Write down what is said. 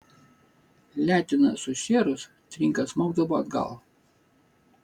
letena sušėrus trinka smogdavo atgal